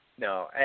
No